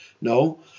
No